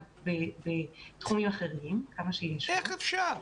ההישגים של התלמיד בתחומים האחרים --- איך אפשר?